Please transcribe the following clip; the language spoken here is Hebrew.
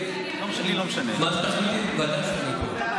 אני אמרתי, מה שתחליטי, ודאי שאני אתמוך.